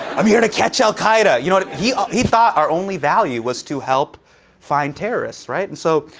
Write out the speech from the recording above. i'm here to catch al-qaeda, you know. he he thought our only value was to help find terrorists, right? and, so,